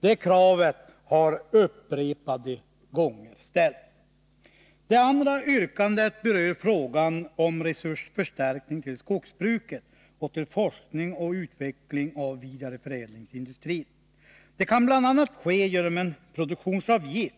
Det kravet har upprepade gånger ställts. Det andra yrkandet berör frågan om resursförstärkning till skogsbruket och till forskning och utveckling inom vidareförädlingsindustrin. Det kan bl.a. ske genom en produktionsavgift.